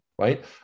right